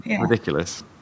Ridiculous